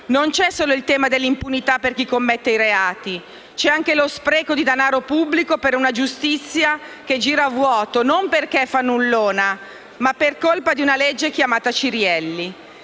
Non c'è solo il tema dell'impunità per chi commette reati; c'è anche lo spreco di denaro pubblico per una giustizia che gira a vuoto, non perché fannullona, ma per colpa di una legge chiamata Cirielli.